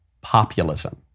populism